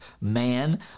man